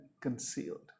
concealed